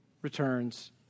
Returns